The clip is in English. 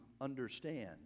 understand